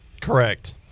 correct